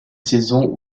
saison